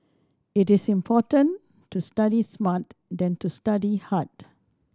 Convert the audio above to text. it is important to study smart than to study hard